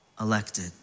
elected